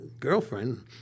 girlfriend